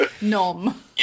Nom